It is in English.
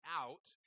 out